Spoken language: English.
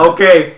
Okay